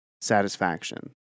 satisfaction